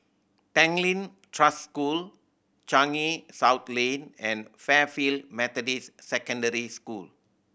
Tanglin Trust School Changi South Lane and Fairfield Methodist Secondary School